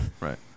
Right